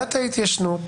שאלת ההתיישנות,